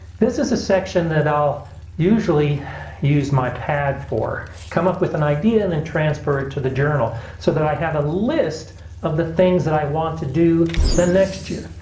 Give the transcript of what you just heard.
this is a section that i'll usually use my pad for. come up with an idea and then transfer it to the journal so that i have a list of the things that i want to do the next year,